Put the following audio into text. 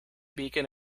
beacon